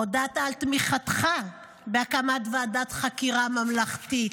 הודעת על תמיכתך בהקמת ועדת חקירה ממלכתית,